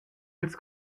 ils